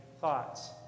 thoughts